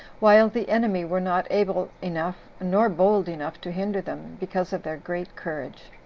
while the enemy were not able enough nor bold enough to hinder them, because of their great courage.